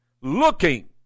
looking